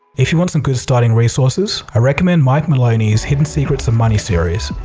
if you want some good starting resources, i recommend mike maloney's hidden secrets of money series.